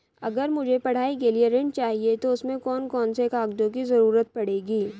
अगर मुझे पढ़ाई के लिए ऋण चाहिए तो उसमें कौन कौन से कागजों की जरूरत पड़ेगी?